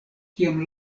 kiam